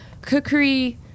cookery